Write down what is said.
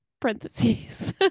parentheses